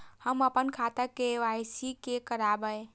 हम अपन खाता के के.वाई.सी के करायब?